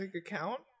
account